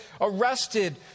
arrested